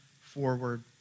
forward